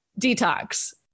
detox